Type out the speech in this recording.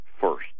first